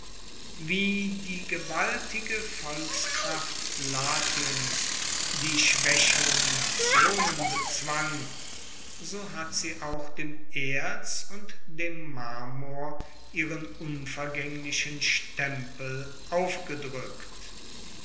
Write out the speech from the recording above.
wie die gewaltige volkskraft latiums die schwaecheren nationen bezwang so hat sie auch dem erz und dem marmor ihren unvergaenglichen stempel aufgedrueckt